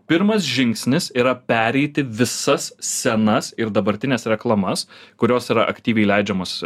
pirmas žingsnis yra pereiti visas senas ir dabartines reklamas kurios yra aktyviai leidžiamos